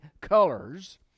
colors